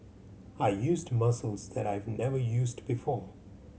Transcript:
I used muscles that I've never used before